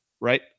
Right